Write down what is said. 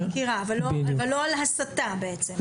אבל לא על הסתה בעצם?